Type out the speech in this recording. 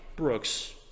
brooks